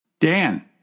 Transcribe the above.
Dan